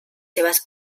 seves